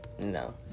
No